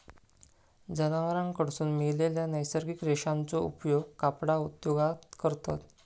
जनावरांकडसून मिळालेल्या नैसर्गिक रेशांचो उपयोग कपडा उद्योगात करतत